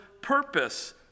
purpose